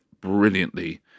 brilliantly